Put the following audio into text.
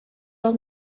old